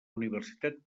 universitat